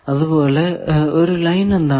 അതുപോലെ ഒരു ലൈൻ എന്താണ്